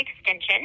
Extension